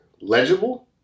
legible